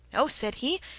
no! said he,